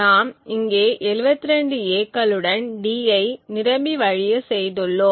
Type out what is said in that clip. நாம் இங்கே 72 A களுடன் d யை நிரம்பி வழிய செய்துள்ளோம்